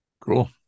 Cool